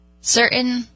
Certain